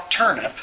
turnip